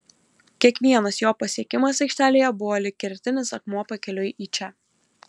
kiekvienas jo pasiekimas aikštelėje buvo lyg kertinis akmuo pakeliui į čia